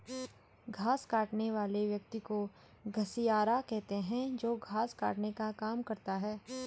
घास काटने वाले व्यक्ति को घसियारा कहते हैं जो घास काटने का काम करता है